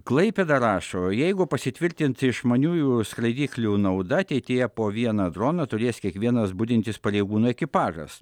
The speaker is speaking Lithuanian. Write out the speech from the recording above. klaipėda rašo jeigu pasitvirtins išmaniųjų skraidyklių nauda ateityje po vieną droną turės kiekvienas budintis pareigūnų ekipažas